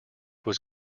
was